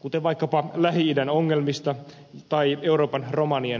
kuten vaikkapa lähi idän ongelmista tai euroopan romanien asemasta